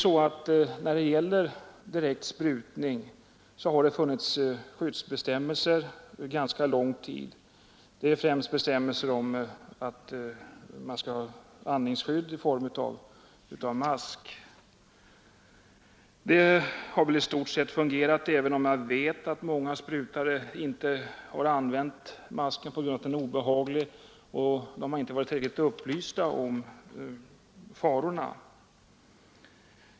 För direktsprutning har det funnits skyddsbestämmelser i ganska lång tid. Det är främst bestämmelser om att man skall ha andningsskydd i form av mask. Det har väl i stort sett fungerat, även om jag vet att många sprutare inte använt masken på grund av att den är obehaglig och de inte varit tillräckligt upplysta om farorna.